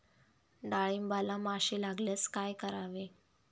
डाळींबाला माशी लागल्यास काय करावे?